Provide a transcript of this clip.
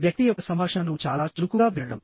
వ్యక్తి యొక్క సంభాషణను చాలా చురుకుగా వినడం